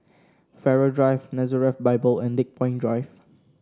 Farrer Drive Nazareth Bible and Lakepoint Drive